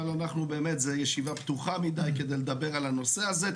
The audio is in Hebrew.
אבל אנחנו באמת זו ישיבה פתוחה מדי כדי לדבר על הנושא הזה.